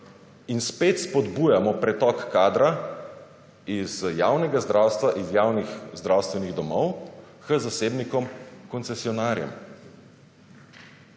In spet spodbujamo pretok kadra iz javnega zdravstva, iz javnih zdravstvenih domov k zasebnikom koncesionarjem.